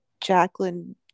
Jacqueline